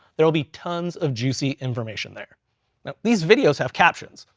there'll be tons of juicy information there. now these videos have captions,